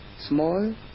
small